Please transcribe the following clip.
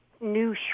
new